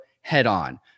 head-on